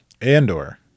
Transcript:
Andor